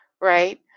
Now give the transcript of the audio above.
right